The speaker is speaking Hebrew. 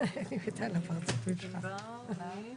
אנחנו פותחים את הישיבה של הוועדה לביטחון פנים בנושא: